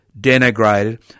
denigrated